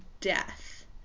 death